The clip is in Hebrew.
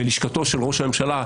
בלשכתו של ראש הממשלה,